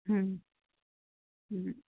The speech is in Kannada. ಹ್ಞೂಂ ಹ್ಞೂಂ